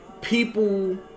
people